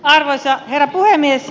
arvoisa herra puhemies